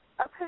Okay